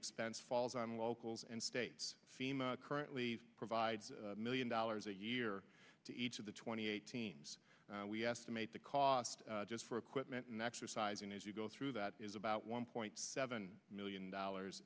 expense falls on locals and states fema currently provides a million dollars a year to each of the twenty eight teams we estimate the cost just for equipment and exercising as you go through that is about one point seven million dollars